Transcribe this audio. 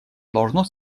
должно